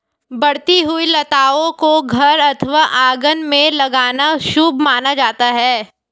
बढ़ती हुई लताओं को घर अथवा आंगन में लगाना शुभ माना जाता है